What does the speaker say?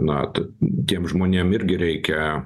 na tiem žmonėm irgi reikia